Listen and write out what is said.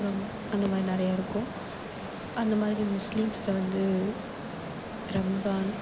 அப்பறம் அந்த மாதிரி நிறைய இருக்கும் அந்தமாதிரி முஸ்லிம்ஸில் வந்து ரம்ஜான்